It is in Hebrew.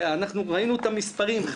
וראינו את המספרים,